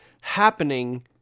happening